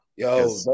Yo